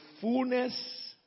fullness